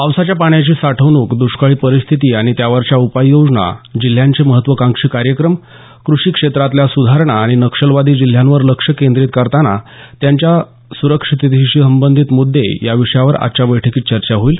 पावसाच्या पाण्याची साठवणूक दृष्काळी परिस्थिती आणि त्यावरच्या उपाययोजना जिल्ह्यांचे महत्त्वांकाक्षी कार्यक्रम कृषी क्षेत्रातल्या सुधारणा आणि नक्षलवादी जिल्ह्यांवर लक्ष केंद्रीत करताना त्यांच्या सुरक्षितेशी संबंधित मुद्दे याविषयांवर आजच्या बैठकीत चर्चा होईल